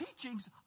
teachings